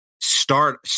start